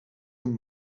him